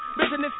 business